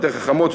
יותר חכמות,